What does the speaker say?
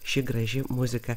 ši graži muzika